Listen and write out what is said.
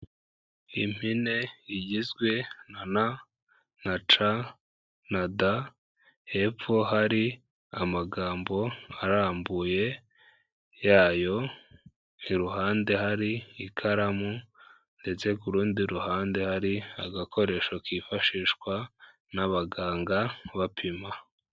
Impine igizwe na N, na C, na D, hepfo hari amagambo arambuye yayo, iruhande hari ikaramu, ndetse ku rundi ruhande hari agakoresho kifashishwa n'abaganga, bapima.